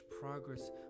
progress